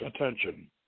attention